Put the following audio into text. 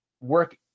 work